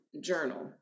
journal